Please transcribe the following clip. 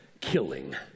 killing